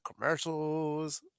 commercials